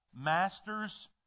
Masters